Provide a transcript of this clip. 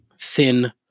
thin